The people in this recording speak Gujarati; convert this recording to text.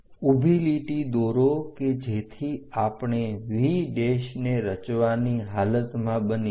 ઊભી લીટી દોરો કે જેથી આપણે V ને રચવાની હાલતમાં બનીશું